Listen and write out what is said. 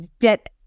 get